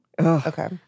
Okay